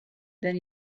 then